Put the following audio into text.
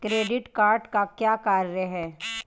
Credit card का क्या कार्य है?